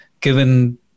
given